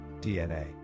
DNA